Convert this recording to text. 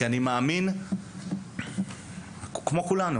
כי אני מאמין כמו כולנו